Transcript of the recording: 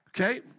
Okay